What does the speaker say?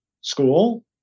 school